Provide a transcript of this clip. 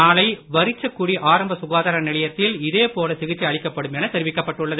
நாளை வரிச்சக்குடி ஆரம்ப சுகாதார நிலையத்தில் இதே போல சிகிச்சை அளிக்கப்படும் என தெரிவிக்கப்பட்டுள்ளது